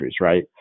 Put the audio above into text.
right